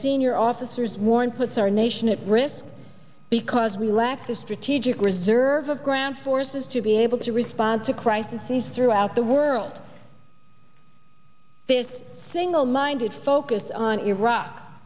senior officers warn puts our nation at risk because we lack the strategic reserve of ground forces to be able to respond to crises throughout the world fifth single minded focus on iraq